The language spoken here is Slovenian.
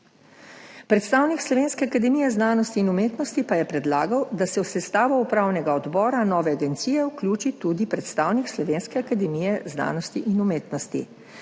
Predstavnik Slovenske akademije znanosti in umetnosti pa je predlagal, da se v sestavo upravnega odbora nove agencije vključi tudi predstavnik Slovenske akademije znanosti in umetnosti.